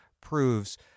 proves